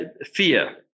Fear